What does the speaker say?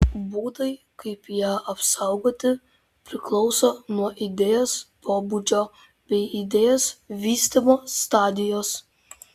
būdai kaip ją apsaugoti priklauso nuo idėjos pobūdžio bei idėjos vystymo stadijos